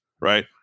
right